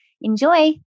Enjoy